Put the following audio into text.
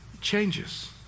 changes